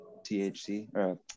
THC